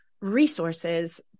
resources